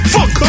Fuck